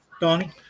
Donnie